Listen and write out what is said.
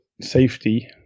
safety